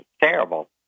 terrible